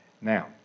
Now